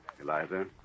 Eliza